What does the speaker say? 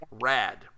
Rad